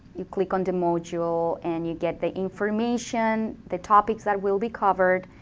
you click on the module and you get the information, the topics that will be covered,